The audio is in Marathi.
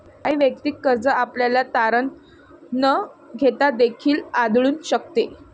काही वैयक्तिक कर्ज आपल्याला तारण न घेता देखील आढळून शकते